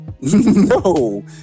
No